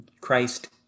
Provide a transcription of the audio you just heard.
Christ